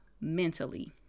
mentally